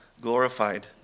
glorified